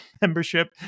membership